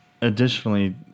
Additionally